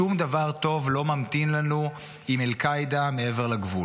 שום דבר טוב לא ממתין לנו עם אל-קעידה מעבר לגבול.